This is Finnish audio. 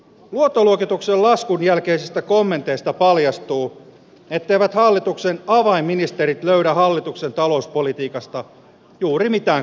luottoluokituksen laskun jälkeistä kommenteista paljastuu etteivät hallituksen avainministerit ja hallituksen talouspolitiikasta juuri mitään